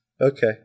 Okay